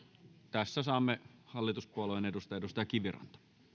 tässä saamme hallituspuolueen edustajan edustaja kiviranta